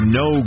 no